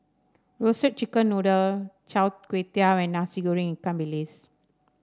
Roasted Chicken Noodle Chai Tow Kway and Nasi Goreng Ikan Bilis